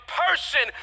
person